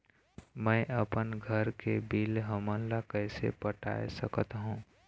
मैं अपन घर के बिल हमन ला कैसे पटाए सकत हो?